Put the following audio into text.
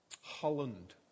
Holland